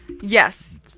Yes